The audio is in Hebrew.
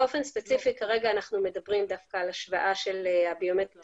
באופן ספציפי כרגע אנחנו מדברים דווקא על השוואה של הביומטריה